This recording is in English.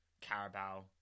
Carabao